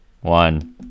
one